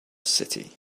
city